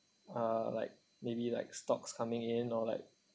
uh like maybe like stocks coming in or like